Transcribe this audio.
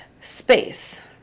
space